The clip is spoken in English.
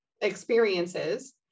experiences